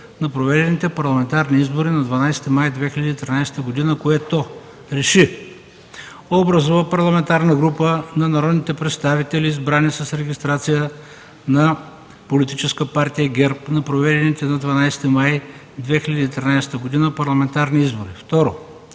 на проведените парламентарни избори на 12 май 2013 г., което реши: 1. Образува парламентарна група на народните представители, избрани с регистрация на Политическа партия ГЕРБ на проведените на 12 май 2013 г. парламентарни избори.